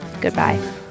goodbye